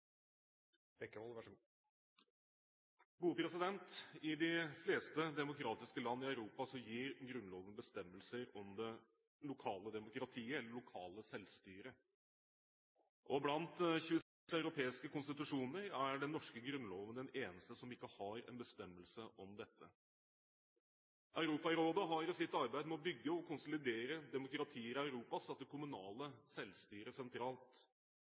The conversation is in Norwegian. I de fleste demokratiske land i Europa gir Grunnloven bestemmelser om det lokale demokratiet eller det lokale selvstyret. Blant 26 europeiske konstitusjoner er den norske grunnloven den eneste som ikke har en bestemmelse om dette. Europarådet har i sitt arbeid med å bygge og konsolidere demokratiet i Europa satt det kommunale selvstyret sentralt.